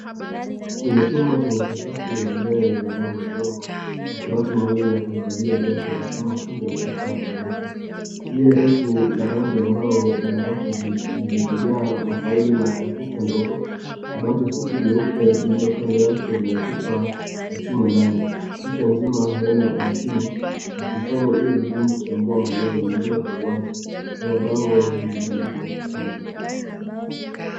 Kwenye chumba chenye sakafu ya vigaya ya rangi ya udongo makabati mawili ya kuhifadhia viatu yamesimama kando ya kuta mweupe. Hiyo refu la rangi ambayo lina rafu zilizojaa mafaili na kompyuta ndogo kabati fupi jeupe lililo kando yake linachupa ya chuma ndani picha nzima haina umakini na kuifanya iwe vigumu kutambuwa maelezo mengine kwa uwazi kama bango lililobandikwa ukutani.